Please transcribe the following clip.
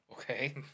Okay